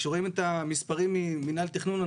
כשרואים את המספרים במינהל התכנון,